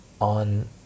on